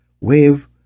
wave